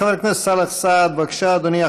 חבר הכנסת סאלח סעד, בבקשה, אדוני.